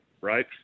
right